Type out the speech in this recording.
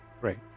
great